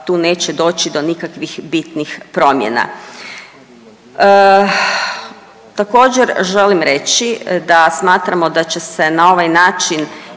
tu neće doći do nikakvih bitnih promjena. Također želim reći da smatramo da će se na ovaj način